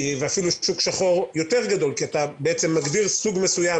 אפילו שוק שחור גדול יותר כי אתה מגדיר סוג מסוים